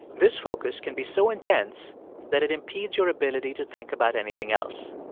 this focus can be so intense that it impedes your ability to think about anything else.